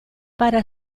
para